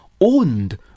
owned